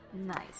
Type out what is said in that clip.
Nice